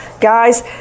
Guys